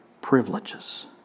privileges